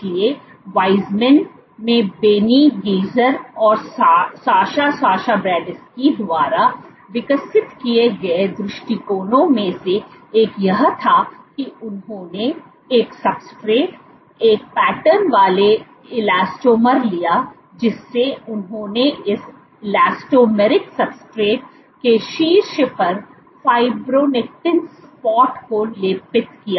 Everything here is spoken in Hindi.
इसलिए वेज़मैन में बेनी गीजर और साचा साशा बर्शस्की द्वारा विकसित किए गए दृष्टिकोणों में से एक यह था कि उन्होंने एक सब्सट्रेट एक पैटर्न वाले इलास्टोमर लिया जिससे उन्होंने इस इलास्टोमेरिक सबसेट के शीर्ष पर फाइब्रोनेक्टिन स्पॉट को लेपित किया